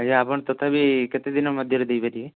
ଆଜ୍ଞା ଆପଣ ତଥାପି କେତେ ଦିନ ମଧ୍ୟରେ ଦେଇପାରିବେ